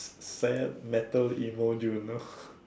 fab metal emo June no